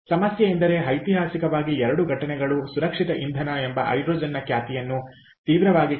ಸಮಸ್ಯೆಯೆಂದರೆ ಐತಿಹಾಸಿಕವಾಗಿ ಎರಡು ಘಟನೆಗಳು ಸುರಕ್ಷಿತ ಇಂಧನ ಎಂಬ ಹೈಡ್ರೋಜನ್ನ ಖ್ಯಾತಿಯನ್ನು ತೀವ್ರವಾಗಿ ಕೆಡಿಸಿವೆ